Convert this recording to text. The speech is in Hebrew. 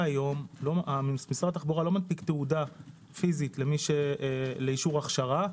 משרד התחבורה לא מנפיק תעודה פיזית לאישור הכשרה,